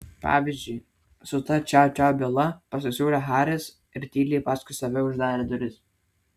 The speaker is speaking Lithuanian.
pavyzdžiui su ta čiau čiau byla pasisiūlė haris ir tyliai paskui save uždarė duris